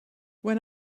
when